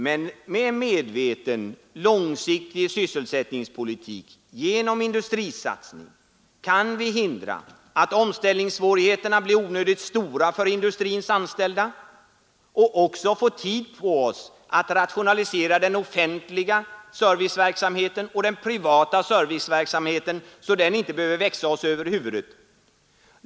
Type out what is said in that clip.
Men med en medveten långsiktig sysselsättningspolitik, genom industrisatsning kan vi hindra att omställningssvårigheterna blir onödigt stora för industrins anställda och också få tid på oss att rationalisera såväl den offentliga som den privata serviceverksamheten, så att den inte behöver växa oss över huvudet.